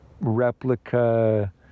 replica